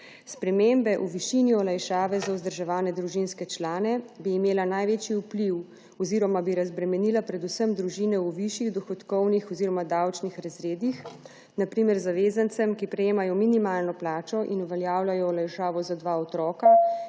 Sprememba v višini olajšave za vzdrževane družinske člane bi imela največji vpliv oziroma bi razbremenila predvsem družine v višjih dohodkovnih oziroma davčnih razredih, na primer zavezancem, ki prejemajo minimalno plačo in uveljavljajo olajšavo za dva otroka,